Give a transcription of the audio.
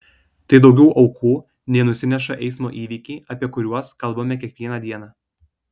tai daugiau aukų nei nusineša eismo įvykiai apie kuriuos kalbame kiekvieną dieną